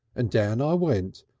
and down i went.